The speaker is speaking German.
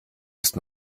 ist